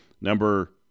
Number